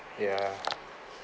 yeah